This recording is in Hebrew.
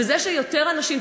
וזה שיותר אנשים,